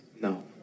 No